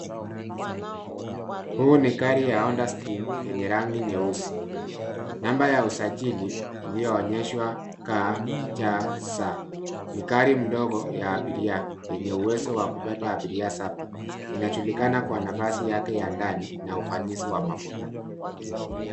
Huu ni gari ya Honda stream yenye rangi nyeusi. Namba ya usajili iliyoonyeshwa KCS.Ni gari mdogo ya abiria yenye uwezo wa kubeba abiria saba. Inajulikana kwa nafasi yake ya ndani na ufanisi wa mafuta.